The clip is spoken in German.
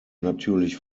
natürlich